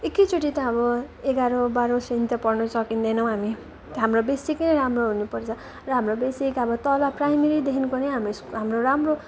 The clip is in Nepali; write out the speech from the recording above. एकैचोटि त अब एघारौँ बाह्रौँ श्रेणी त पढ्नु सकिन्दैनौँ हामी हाम्रो बेसिक नै राम्रो हुनुपर्छ र हाम्रो बेसिक अब तल प्राइमेरीदेखिको नै हाम्रो हाम्रो राम्रो